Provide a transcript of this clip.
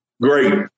Great